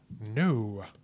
No